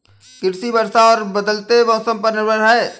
कृषि वर्षा और बदलते मौसम पर निर्भर है